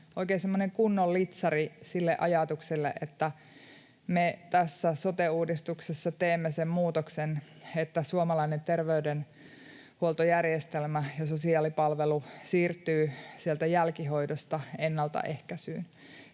semmoinen kunnon litsari sille ajatukselle, että me tässä sote-uudistuksessa teemme sen muutoksen, että suomalainen terveydenhuoltojärjestelmä ja sosiaalipalvelu siirtyvät sieltä jälkihoidosta ennaltaehkäisyyn.